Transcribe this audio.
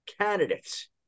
candidates